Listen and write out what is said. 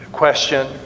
question